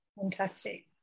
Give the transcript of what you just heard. Fantastic